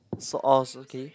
so all is okay